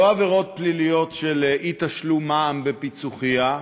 לא עבירות פליליות של אי-תשלום מע"מ בפיצוחייה,